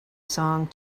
song